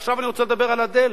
ועכשיו אני רוצה לדבר על הדלק.